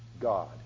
God